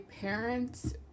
parents